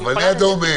גווני אדום אין.